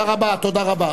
אין לי שעון ביד.